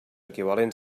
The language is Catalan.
equivalents